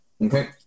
Okay